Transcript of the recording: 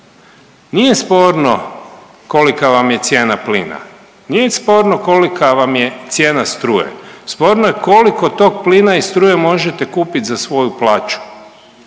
Nije sporno kolika vam je cijena plina, nije sporno kolika vam je cijena struje, sporno je koliko tog plina i struja možete kupit za svoju plaću,